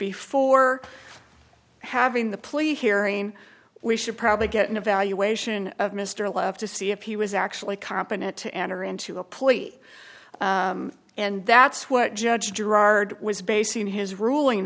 before having the plea hearing we should probably get an evaluation of mr left to see if he was actually competent to enter into a plea and that's what judge gerard was basing his ruling